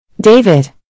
David